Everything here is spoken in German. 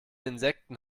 insekten